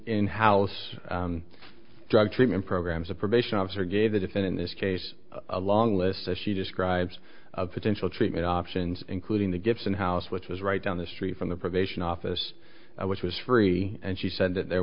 in house drug treatment programs a probation officer gave it in this case a long list as she describes potential treatment options including the gibson house which was right down the street from the probation office which was free and she said that there